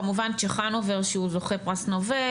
כמובן צ'חנובר שהוא זוכה פרס נובל,